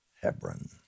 Hebron